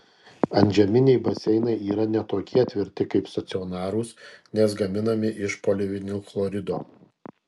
antžeminiai baseinai yra ne tokie tvirti kaip stacionarūs nes gaminami iš polivinilchlorido